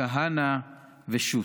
כהנא ושות'.